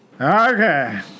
Okay